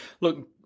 look